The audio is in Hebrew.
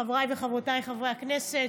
חבריי וחברותיי חברי הכנסת,